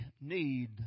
need